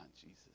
Jesus